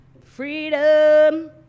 Freedom